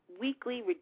weekly